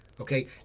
Okay